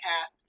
cat